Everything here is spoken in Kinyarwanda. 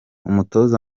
umutoza